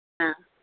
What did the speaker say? ஆ